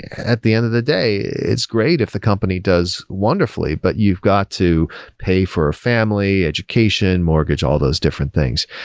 at the end of the day, it's great if the company does wonderfully, but you've got to pay for family, education mortgage, all those different things.